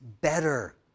better